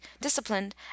disciplined